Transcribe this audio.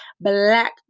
black